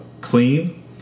clean